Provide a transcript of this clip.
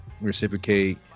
reciprocate